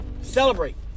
Celebrate